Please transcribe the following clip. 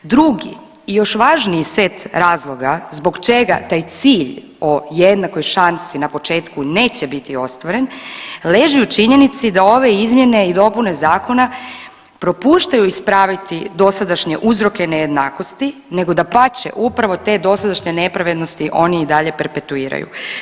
Drugi i još važniji set razloga zbog čega taj cilj o jednakoj šansi na početku neće biti ostvaren leži u činjenici da ove izmjene i dopune zakona propuštaju ispraviti dosadašnje uzroke nejednakosti nego dapače upravo te dosadašnje nepravednosti oni i dalje perpetuiraju.